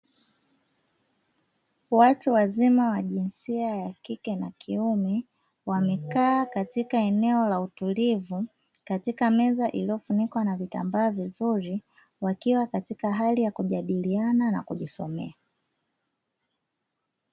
Watu wazima wa jinsia ya kike na kiume wamekaa katika eneo la utulivu katika meza iliyofunikwa na vitambaa vizuri wakiwa katika hali ya kujadiliana na kujisomea.